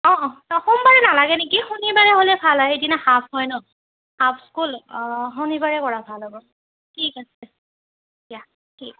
অঁ অঁ সোমবাৰে নালাগে নেকি শনিবাৰে হ'লে ভাল হয় সেইদিনা হাফ হয় ন হাফ স্কুল অঁ শনিবাৰে কৰা ভাল হ'ব ঠিক আছে দিয়া ঠিক